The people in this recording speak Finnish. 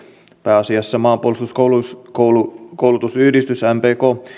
pääasiassa maanpuolustuskoulutusyhdistys mpk